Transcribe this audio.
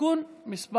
(תיקון מס'